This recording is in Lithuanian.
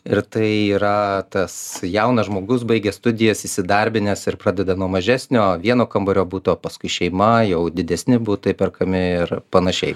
ir tai yra tas jaunas žmogus baigęs studijas įsidarbinęs ir pradeda nuo mažesnio vieno kambario buto paskui šeima jau didesni butai perkami ir panašiai